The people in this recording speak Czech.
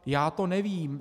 Já to nevím.